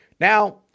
Now